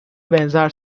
benzer